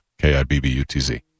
K-I-B-B-U-T-Z